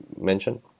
mention